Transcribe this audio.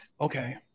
Okay